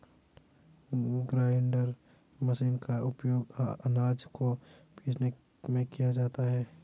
grinder machine का उपयोग आनाज को पीसने में किया जाता है